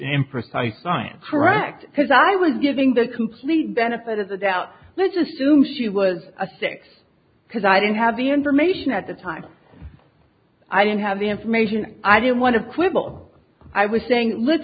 imprecise science correct because i was giving the complete benefit of the doubt let's assume she was a six because i didn't have the information at the time i didn't have the information i didn't want to quibble i was saying l